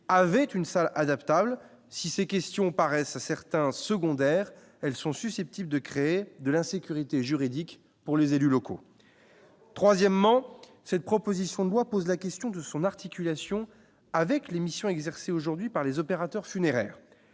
avait une salle adaptable, si ces questions paraissent certains secondaire, elles sont susceptibles de créer de l'insécurité juridique pour les élus locaux, troisièmement, cette proposition de loi pose la question de son articulation avec les missions exercées aujourd'hui par les opérateurs funéraires,